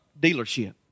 dealership